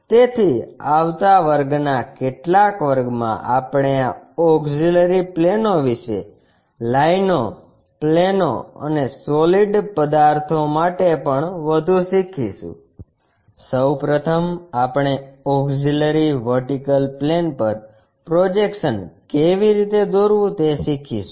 તેથી આવતા વર્ગના કેટલાક વર્ગમાં આપણે આ ઓક્ષીલરી પ્લેનો વિશે લાઇનો પ્લેનો અને સોલિડ પદાર્થો માટે પણ વધુ શીખીશું સૌ પ્રથમ આપણે ઓક્ષીલરી વર્ટિકલ પ્લેન પર પ્રોજેક્શન કેવી રીતે દોરવું તે શીખીશું